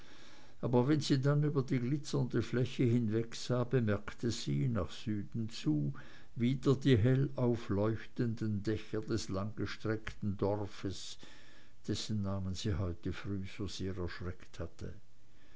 aber wenn sie dann über die glitzernde fläche hinwegsah bemerkte sie nach süden zu wieder die hell aufleuchtenden dächer des langgestreckten dorfes dessen name sie heute früh so sehr erschreckt hatte